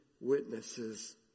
witnesses